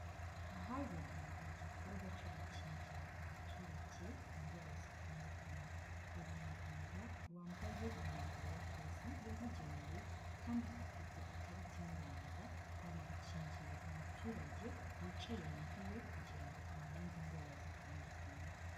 Ahabereye igikorwa cyo gukingira abaturage indwara zitandukanye, hari umuganga wambaye imyambaro y'akazi yabugenewe kandi afite ikarita imuranga, ari gukingira umuturage wicaye mu ntebe kugira ngo amurinde indwara zitandukanye.